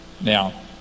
now